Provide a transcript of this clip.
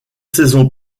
saisons